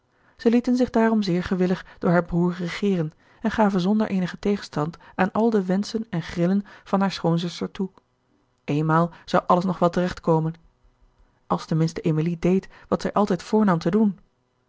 zij lieten zich daarom zeer gewillig door haar broer regeeren en gaven zonder eenigen tegenstand aan al de wenschen en grillen van hare schoonzuster toe eenmaal zou alles nog wel terecht komen als ten minste emilie deed wat zij altijd voornam te doen